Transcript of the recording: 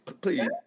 Please